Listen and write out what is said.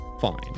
fine